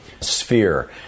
sphere